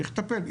צריך לטפל.